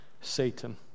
Satan